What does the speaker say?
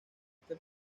este